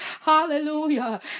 Hallelujah